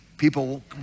People